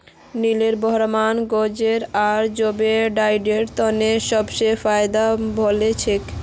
नेलोर ब्राह्मण गेज़रैट आर ज़ेबू डेयरीर तने सब स फेमस नस्ल छिके